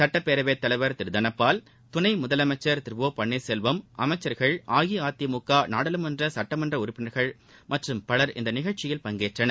சுட்டப்பேரவை தலைவா் திரு தனபால் துணை முதலமைச்சா் திரு ஒ பன்னீா் செல்வம் அமைச்சா்கள் அஇஅதிமுக நாடாளுமன்ற சட்டமன்ற உறுப்பினர்கள் மற்றும் பலர் இந்நிகழ்ச்சியில் பங்கேற்றனர்